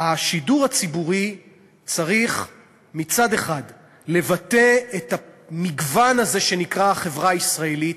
השידור הציבורי צריך מצד אחד לבטא את המגוון הזה שנקרא החברה הישראלית,